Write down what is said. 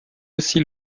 aussi